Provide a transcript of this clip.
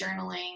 journaling